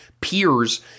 peers